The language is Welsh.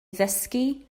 ddysgu